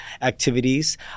activities